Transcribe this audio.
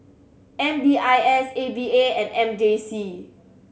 M D I S A V A and M J C